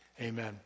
amen